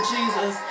Jesus